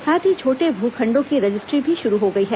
साथ ही छोटे भू खंडों की रजिस्ट्री भी शुरू हो गई है